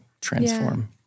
Transform